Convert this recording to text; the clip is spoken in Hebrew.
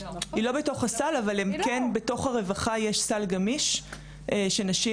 אבל בתוך הרווחה כן יש סל גמיש שנשים